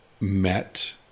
met